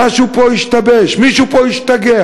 משהו פה השתבש, מישהו פה השתגע.